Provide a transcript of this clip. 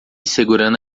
segurando